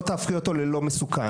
לא תהפכי אותו ללא מסוכן.